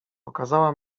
pokazała